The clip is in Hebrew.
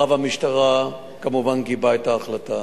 רב המשטרה כמובן גיבה את ההחלטה.